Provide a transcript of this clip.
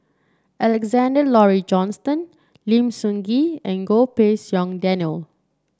Alexander Laurie Johnston Lim Sun Gee and Goh Pei Siong Daniel